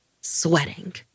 sweating